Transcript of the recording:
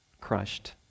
crushed